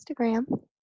Instagram